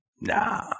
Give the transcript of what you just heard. nah